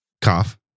cough